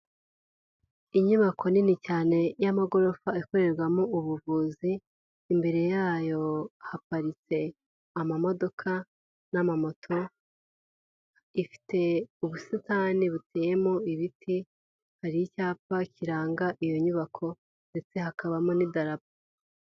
Inyubako nini cyane y'amagorofa ikorerwamo ubuvuzi, imbere yayo haparitse amamodoka n'amamoto, ifite ubusitani buteyemo ibiti hari icyapa kiranga iyo nyubako ndetse hakabamo n'idarapo.